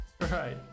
Right